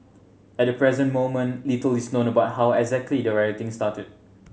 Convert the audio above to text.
at the present moment little is known about how exactly the rioting started